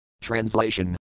Translation